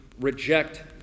reject